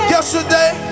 Yesterday